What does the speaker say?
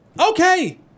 Okay